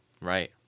Right